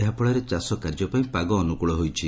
ଏହାଫଳରେ ଚାଷ କାର୍ଯ୍ୟ ପାଇଁ ପାଗ ଅନୁକୁଳ ହୋଇଛି